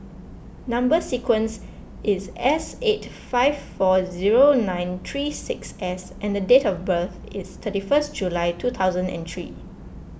Number Sequence is S eight five four zero nine three six S and date of birth is thirty first July two thousand and three